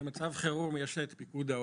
במצב חירום יש את פיקוד העורף,